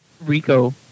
Rico